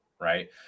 right